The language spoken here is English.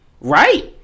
Right